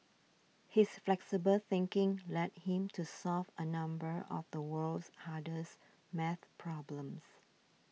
his flexible thinking led him to solve a number of the world's hardest math problems